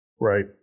right